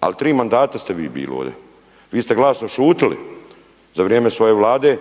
Ali tri mandata ste vi bili ovdje. Vi ste glasno šutjeli za vrijeme svoje Vlade